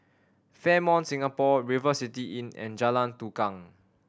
Fairmont Singapore River City Inn and Jalan Tukang